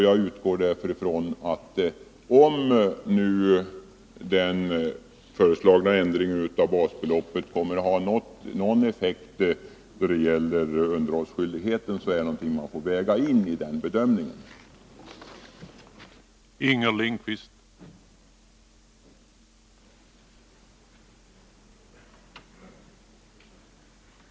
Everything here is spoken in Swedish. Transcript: Jag utgår därför ifrån att om den föreslagna ändringen av basbeloppet kommer att ha någon effekt då det gäller underhållsskyldigheten, så är det någonting som får vägas in i bedömningen av underhållsreformen.